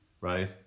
right